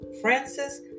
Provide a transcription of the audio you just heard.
Francis